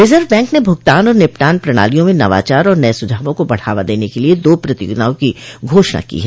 reserve Bank ने भुगतान और निपटान प्रणालियों में नवाचार और नए सुझावों को बढ़ावा देने के लिए दो प्रतियोगिताओं की घोषणा की है